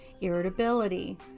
irritability